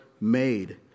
made